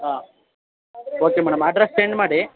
ಆಂ okay madam address send ಮಾಡಿ